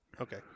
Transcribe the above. Okay